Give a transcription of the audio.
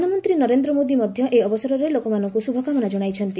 ପ୍ରଧାନମନ୍ତ୍ରୀ ନରେନ୍ଦ୍ର ମୋଦୀ ମଧ୍ୟ ଏହି ଅବସରରେ ଲୋକଙ୍କୁ ଶୁଭକାମନା ଜଣାଇଛନ୍ତି